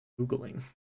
Googling